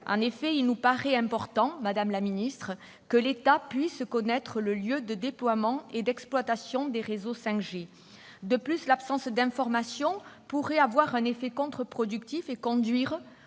En effet, il nous paraît important, madame la secrétaire d'État, que l'État puisse connaître le lieu de déploiement et d'exploitation des réseaux 5G. En outre, l'absence d'information pourrait avoir un effet contreproductif et conduire